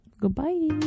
goodbye